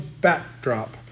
backdrop